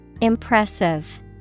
Impressive